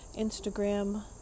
Instagram